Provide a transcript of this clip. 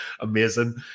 Amazing